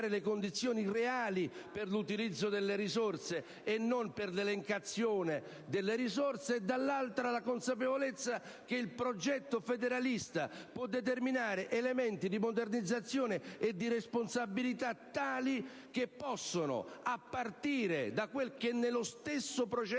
le condizioni reali per l'utilizzo delle risorse, e non per la loro elencazione. Dall'altra, la consapevolezza che il progetto federalista può determinare elementi di modernizzazione e di responsabilità tali che possono contribuire, a partire da quel che nello stesso processo